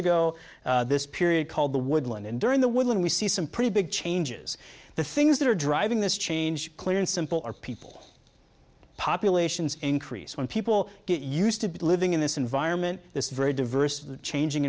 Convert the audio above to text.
ago this period called the woodland and during the woodland we see some pretty big changes the things that are driving this change clear and simple are people populations increase when people get used to living in this environment this very diverse the changing